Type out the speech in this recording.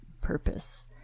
purpose